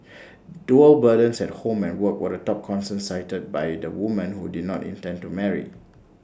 dual burdens at home and work were the top concern cited by the women who did not intend to marry